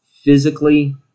physically